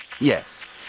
Yes